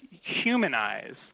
humanize